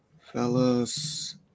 fellas